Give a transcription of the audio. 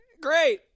great